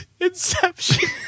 Inception